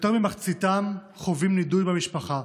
יותר ממחציתם חווים נידוי במשפחה,